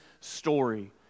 story